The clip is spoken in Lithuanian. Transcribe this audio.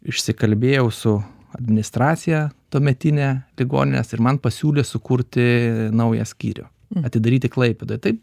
išsikalbėjau su administracija tuometine ligoninės ir man pasiūlė sukurti naują skyrių atidaryti klaipėdoj tai